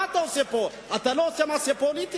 מה אתה עושה פה, אתה לא עושה מעשה פוליטי?